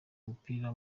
umupira